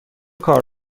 کار